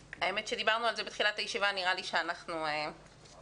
דיברנו על זה בתחילת הישיבה ונראה לי שאנחנו שומעים,